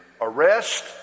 arrest